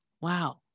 wow